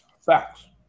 Facts